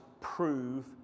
prove